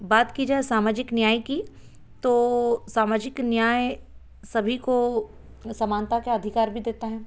बात की जाए सामाजिक न्याय की तो सामाजिक न्याय सभी को समानता के अधिकार भी देता है